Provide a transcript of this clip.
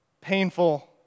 painful